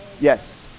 Yes